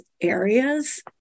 areas